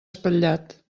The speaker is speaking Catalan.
espatllat